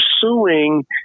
pursuing